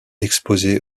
exposé